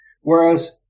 Whereas